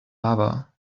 lava